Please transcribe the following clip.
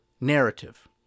narrative